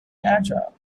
agile